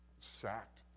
sacked